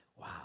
Wow